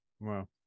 Wow